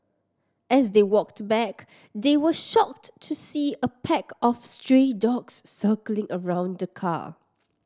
as they walked back they were shocked to see a pack of stray dogs circling around the car